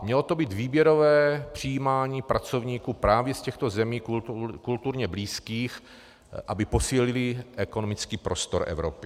Mělo to být výběrové přijímání pracovníků právě z těchto zemí kulturně blízkých, aby posílili ekonomický prostor Evropy.